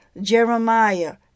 Jeremiah